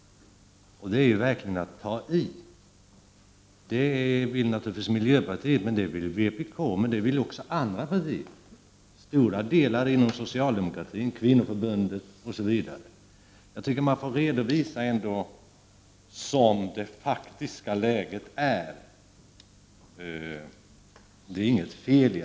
Det är verkligen att ta i. Det vill naturligtvis miljöpartiet ha, men det vill också vpk och andra partier ha. Stora delar inom socialdemokratin, kvinnoförbundet m.fl. vill ha det. Det är inget fel i att redovisa det faktiska läget, Inger Schörling.